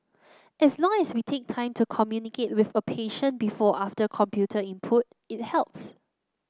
as long as we take time to communicate with a patient before after computer input it helps